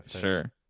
Sure